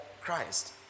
Christ